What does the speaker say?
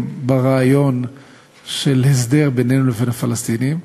ברעיון של הסדר בינינו לבין הפלסטינים,